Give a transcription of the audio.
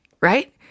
right